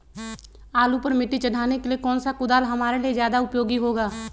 आलू पर मिट्टी चढ़ाने के लिए कौन सा कुदाल हमारे लिए ज्यादा उपयोगी होगा?